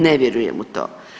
Ne vjerujem u to.